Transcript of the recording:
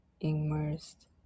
immersed